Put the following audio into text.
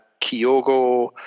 Kyogo